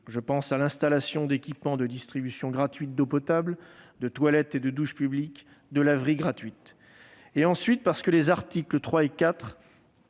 notamment l'installation d'équipements de distribution gratuite d'eau potable, de toilettes, de douches publiques et de laveries gratuites. Ensuite, parce que les articles 3 et 4